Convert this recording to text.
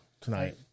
tonight